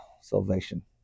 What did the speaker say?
salvation